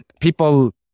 people